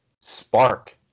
spark